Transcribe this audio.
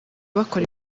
bakora